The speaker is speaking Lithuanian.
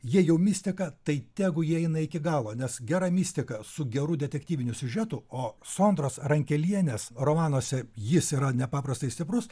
jei jau mistika tai tegu ji eina iki galo nes gera mistika su geru detektyviniu siužetu o sondros rankelienės romanuose jis yra nepaprastai stiprus